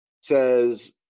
says